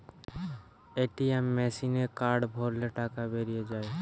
ATM মেসিনে card ভরলে টাকা বেরিয়ে যায়